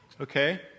Okay